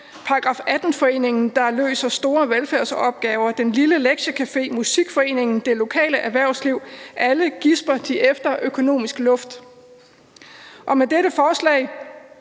§ 18-foreningen, der løser store velfærdsopgaver, den lille lektiecafé, musikforeningen, det lokale erhvervsliv – alle gisper de efter økonomisk luft. Og med dette forslag